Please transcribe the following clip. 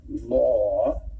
law